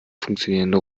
funktionierende